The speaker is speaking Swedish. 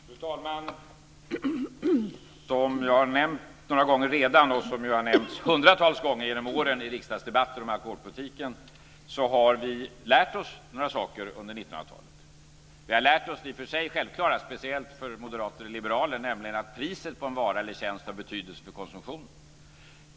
Fru talman! Som jag redan har nämnt några gånger och som har nämnts hundratals gånger genom åren i riksdagsdebatter om alkoholpolitiken har vi under 1900-talet lärt oss några saker. Vi har lärt oss det i och för sig självklara, speciellt för moderater och liberaler, nämligen att priset på en vara eller tjänst har betydelse för konsumtionen.